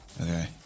Okay